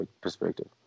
perspective